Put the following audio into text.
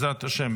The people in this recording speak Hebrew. בעזרת השם,